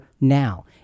now